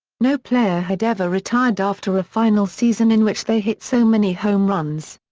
no player had ever retired after a final season in which they hit so many home runs.